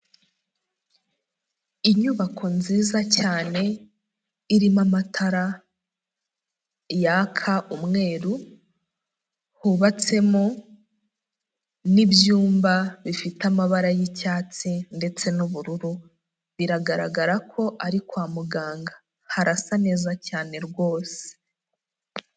Inyubako nziza cyane, irimo amatara yaka umweru, hubatsemo n'ibyumba bifite amabara y'icyatsi ndetse n'ubururu, biragaragara ko ari kwa muganga, harasa neza cyane rwose.